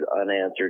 unanswered